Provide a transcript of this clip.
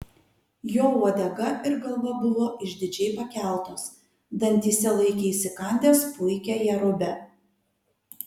jo uodega ir galva buvo išdidžiai pakeltos dantyse laikė įsikandęs puikią jerubę